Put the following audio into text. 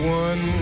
one